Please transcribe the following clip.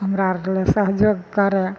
हमरा आर लए सहयोग करए